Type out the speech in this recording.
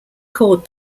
chord